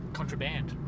Contraband